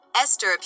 Esther